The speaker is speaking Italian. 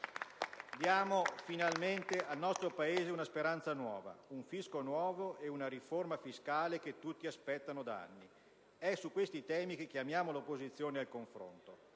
Diamo finalmente al nostro Paese una speranza nuova, un fisco nuovo e una riforma fiscale, che tutti aspettano da anni. È su tali temi che chiamiamo l'opposizione al confronto.